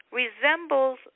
resembles